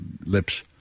lips